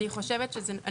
כן.